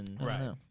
Right